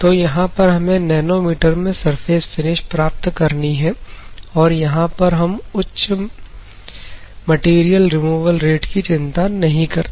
तो यहां पर हमें नैनोमीटर में सरफेस फिनिश प्राप्त करनी है और यहां पर हम मैटेरियल रिमूवल रेट की चिंता नहीं करते